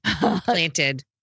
planted